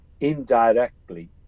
indirectly